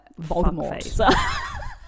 Voldemort